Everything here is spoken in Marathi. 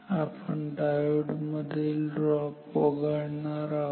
आपण डायोड मधील ड्रॉप वगळणार आहोत